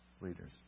leaders